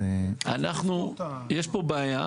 יש פה בעיה.